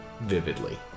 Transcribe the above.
vividly